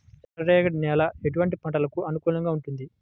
ఎర్ర రేగడి నేల ఎటువంటి పంటలకు అనుకూలంగా ఉంటుంది?